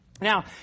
Now